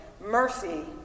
mercy